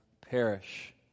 perish